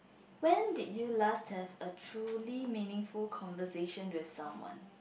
when did you last have a truly meaningful conversation with someone